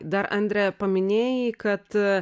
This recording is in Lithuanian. dar andre paminėjai kad